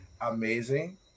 amazing